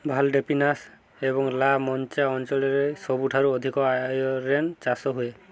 Valdepeñas ଏବଂ La Mancha ଅଞ୍ଚଳରେ ସବୁଠାରୁ ଅଧିକ ଆୟରେନ୍ ଚାଷ ହୁଏ